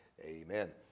Amen